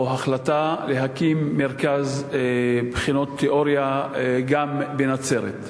או החלטה, להקים מרכז בחינות תיאוריה גם בנצרת.